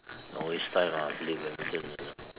not waste time ah play badminton